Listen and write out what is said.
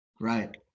right